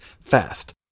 fast